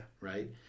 Right